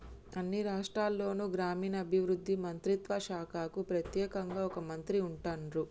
అన్ని రాష్ట్రాల్లోనూ గ్రామీణాభివృద్ధి మంత్రిత్వ శాఖకు ప్రెత్యేకంగా ఒక మంత్రి ఉంటాన్రు